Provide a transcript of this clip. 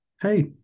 Hey